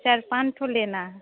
चार पाँच ठो लेना है